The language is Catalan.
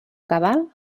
cabal